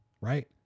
Right